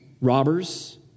robbers